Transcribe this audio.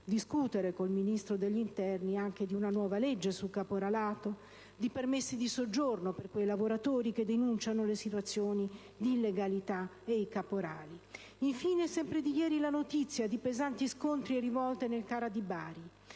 discutere con il Ministro dell'interno anche di una nuova legge sul caporalato, di permessi di soggiorno per quei lavoratori che denunciano le situazioni di illegalità e i caporali. Infine, è sempre di ieri la notizia di pesanti scontri e rivolte nel CARA di Bari: